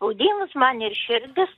spaudimas man ir širdis